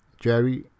Jerry